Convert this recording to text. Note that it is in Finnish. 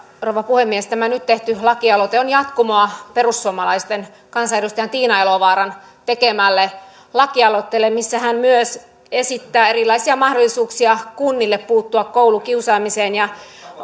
rouva puhemies tämä nyt tehty lakialoite on jatkumoa perussuomalaisten kansanedustajan tiina elovaaran tekemälle lakialoitteelle missä hän myös esittää erilaisia mahdollisuuksia kunnille puuttua koulukiusaamiseen